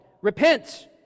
Repent